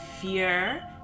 fear